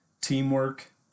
teamwork